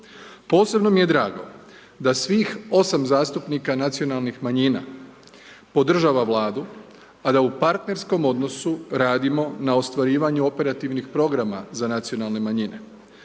Posebno mi je drago da svih 8 zastupnika nacionalnih manjina podržava Vladu a da u partnerskom odnosu radimo na ostvarivanju operativnih programa za nacionalne manjine,